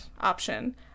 option